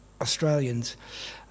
Australians